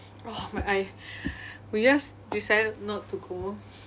!wah! my eye we just decided not to go